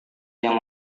yang